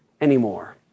anymore